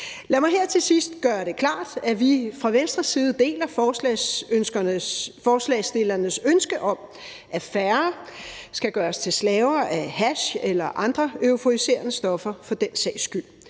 Lad mig her til sidst gøre det klart, at vi fra Venstres side deler forslagsstillernes ønske om, at færre skal gøres til slaver af hash eller andre euforiserende stoffer for den sags skyld.